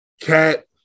Cat